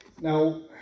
Now